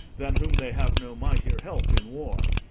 than whom they have no mightier help in war.